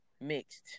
mixed